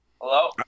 Hello